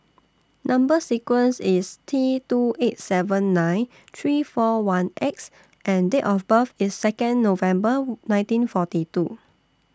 Number sequence IS T two eight seven nine three four one X and Date of birth IS Second November nineteen forty two